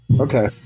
Okay